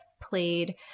played